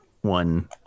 one